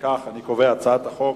אם כך, אני קובע שהצעת החוק